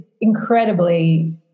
incredibly